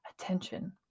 attention